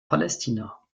palästina